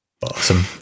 awesome